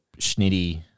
schnitty